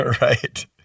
Right